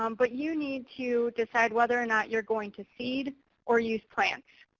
um but you need to decide whether or not you're going to seed or use plants.